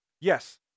yes